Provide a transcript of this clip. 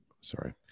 Sorry